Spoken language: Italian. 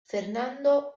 fernando